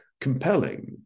compelling